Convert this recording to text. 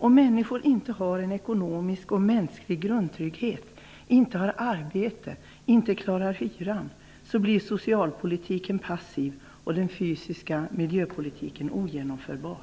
Om människor inte har en ekonomisk och mänsklig grundtrygghet och om människor inte har arbete och inte klarar hyran, blir socialpolitiken passiv och den fysiska miljöpolitiken ogenomförbar.